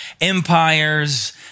empires